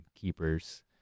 keepers